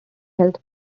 health